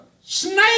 snake